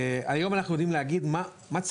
היום אנחנו גם יודעים להגיד מה צריך,